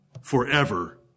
forever